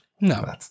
No